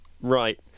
Right